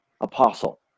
apostle